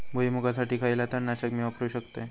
भुईमुगासाठी खयला तण नाशक मी वापरू शकतय?